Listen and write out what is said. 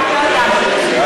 עדיין לא דנו בזה.